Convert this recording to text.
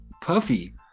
Puffy